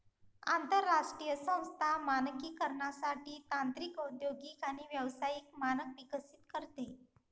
आंतरराष्ट्रीय संस्था मानकीकरणासाठी तांत्रिक औद्योगिक आणि व्यावसायिक मानक विकसित करते